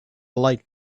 light